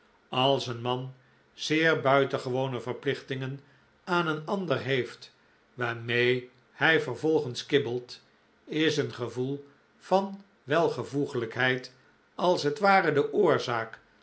als een man zeer buitengewone verplichtingen aan een ander heeft waarmee hij vervolgens kibbelt is een gevoel van welvoeglijkheid als het ware de oorzaak